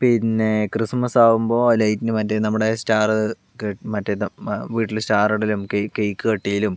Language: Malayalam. പിന്നെ ക്രിസ്മസ് ആവുമ്പോൾ ലൈറ്റിങ് മറ്റേ നമ്മുടെ സ്റ്റാർ കെട്ടി മറ്റേ വീട്ടിൽ സ്റ്റാർ ഇടലും കേക്ക് കട്ട് ചെയ്യലും